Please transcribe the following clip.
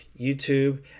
YouTube